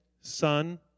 son